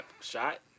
shot